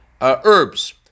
herbs